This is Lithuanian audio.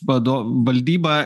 vado valdyba